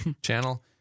channel